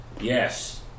Yes